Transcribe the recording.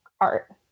art